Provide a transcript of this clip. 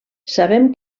sabem